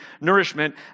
nourishment